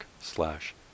slash